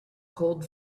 cold